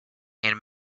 and